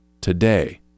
today